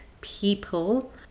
people